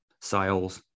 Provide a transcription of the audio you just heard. sales